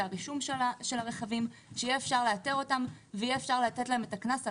הרישום של הרכבים שאפשר יהיה לאתר אותם ואפשר יהיה לתת את הקנס.